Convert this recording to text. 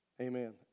amen